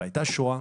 הייתה שואה,